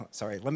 sorry